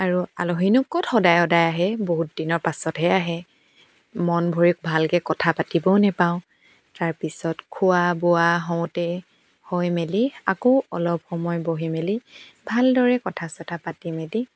আৰু আলহীনো ক'ত সদায় সদায় আহে বহুত দিনৰ পাছতহে আহে মন ভৰি ভালকৈ কথা পাতিবও নেপাওঁ তাৰপিছত খোৱা বোৱা হওঁতে হৈ মেলি আকৌ অলপ সময় বহি মেলি ভালদৰে কথা চথা পাতি মেলি